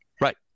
Right